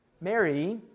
Mary